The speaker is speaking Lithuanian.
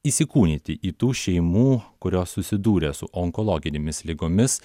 įsikūnyti į tų šeimų kurios susidūrę su onkologinėmis ligomis